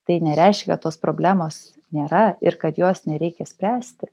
tai nereiškia tos problemos nėra ir kad jos nereikia spręsti